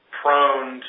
prone